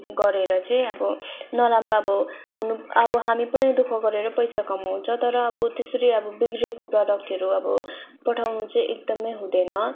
गरेर चाहिँ अब नराम्रो अब अब हामी पनि दुःख गरेर पैसा कमाउँछ तर अब त्यसरी अब बिग्रेको प्रडक्टहरू अब पठाउनु चाहिँ एकदमै हुँदैन